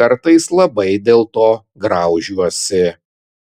kartais labai dėlto graužiuosi